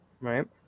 Right